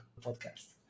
podcast